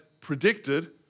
predicted